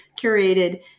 curated